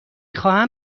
خواهم